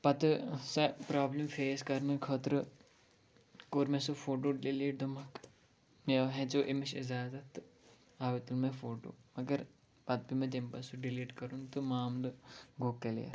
پَتہٕ سۄ problem face کَرنہٕ خٲطرٕ کوٚر مےٚ سُہ فوٹو ڈِلیٖٹ دوٚپمکھ مےٚ ہیٚژیو اَمِچ اِزازت تہٕ اَوَے تُل مےٚ فوٹو مگر پَتہٕ پیوٚو مےٚ تَمہِ پَتہٕ سُہ ڈِلیٖٹ کَرُن تہٕ معاملہٕ گوٚو کٕلیر